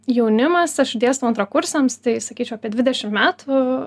jaunimas aš dėstau antrakursiams tai sakyčiau apie dvidešimt metų